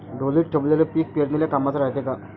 ढोलीत ठेवलेलं पीक पेरनीले कामाचं रायते का?